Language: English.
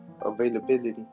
availability